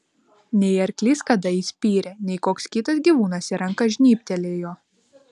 nei arklys kada įspyrė nei koks kitas gyvūnas į ranką žnybtelėjo